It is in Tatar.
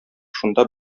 шунда